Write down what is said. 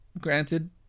granted